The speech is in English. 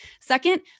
Second